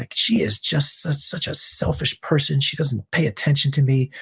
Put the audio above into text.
like she is just such a selfish person. she doesn't pay attention to me.